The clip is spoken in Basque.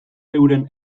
euren